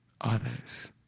others